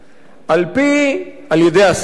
על-ידי השר כמובן,